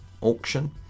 auction